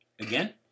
Again